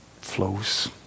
flows